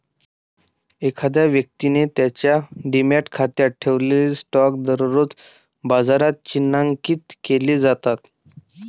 एखाद्या व्यक्तीने त्याच्या डिमॅट खात्यात ठेवलेले स्टॉक दररोज बाजारात चिन्हांकित केले जातात